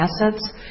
assets